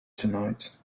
tonight